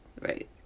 Right